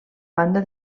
banda